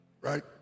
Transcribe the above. right